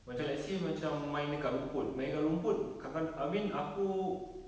macam let's say macam main dekat rumput main dekat rumput kadang-kadang I mean aku